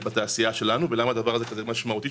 בתעשייה שלנו ולמה הדבר הזה כל כך משמעותי,